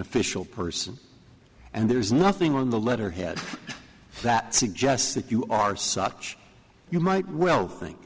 official person and there's nothing on the letterhead that suggests that you are such you might well think